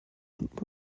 und